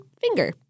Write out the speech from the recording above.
finger